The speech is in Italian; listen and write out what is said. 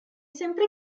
sempre